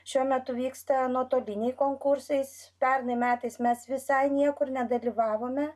šiuo metu vyksta nuotoliniai konkursai pernai metais mes visai niekur nedalyvavome